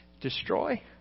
destroy